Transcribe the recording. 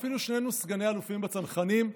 ואפילו שנינו סגני אלופים בצנחנים,